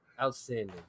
Outstanding